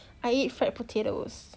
I eat fried potatoes